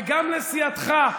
וגם לסיעתך,